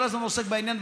כל הזמן עוסק בעניין,